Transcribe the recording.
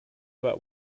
about